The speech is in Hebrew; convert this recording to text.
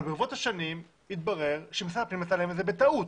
אבל ברבות השנים התברר שמשרד הפנים נתן את זה בטעות,